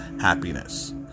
happiness